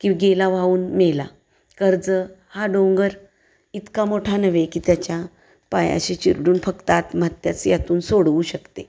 की गेला वाहून मेला कर्ज हा डोंगर इतका मोठा नव्हे की त्याच्या पायाशी चिरडून फक्त आत्महत्याच यातून सोडवू शकते